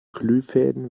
glühfäden